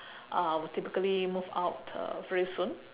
uh will typically move out uh very soon